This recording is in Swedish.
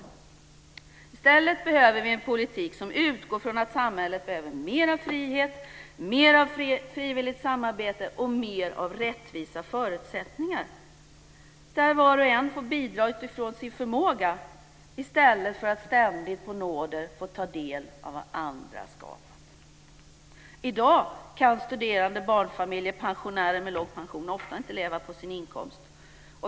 I stället behöver vi en politik som utgår från att samhället behöver mer av frihet, mer av frivilligt samarbete och mer av rättvisa förutsättningar, så att var och en får bidra utifrån sin förmåga i stället för att ständigt på nåder få ta del av vad andra skapat. I dag kan studerande, barnfamiljer och pensionärer med låg pension ofta inte leva på sin inkomst.